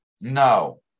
no